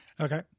Okay